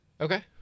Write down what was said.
Okay